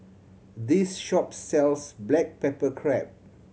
this shop sells black pepper crab